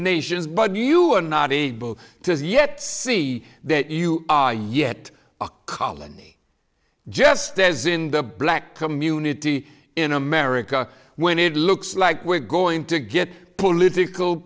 nations but you are not able to yet see that you are yet a colony just as in the black community in america when it looks like we're going to get political